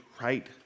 right